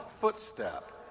footstep